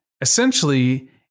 Essentially